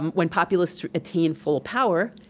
um when populists attain full power,